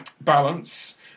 balance